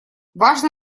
важно